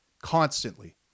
constantly